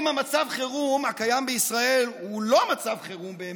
אם מצב החירום הקיים בישראל הוא לא מצב חירום באמת,